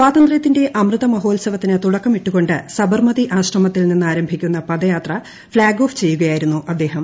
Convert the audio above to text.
സ്വാതന്ത്ര്യത്തിന്റെ അമൃത മഹോത്സവത്തിന് തുടക്കമിട്ടു കൊണ്ട് സബർമതി ആശ്രമത്തിൽ നിന്നാരംഭിക്കുന്ന പദയാത്ര ഫ്ളാഗ് ഓഫ് ചെയ്യുകയായിരുന്നു അദ്ദേഹം